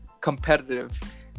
competitive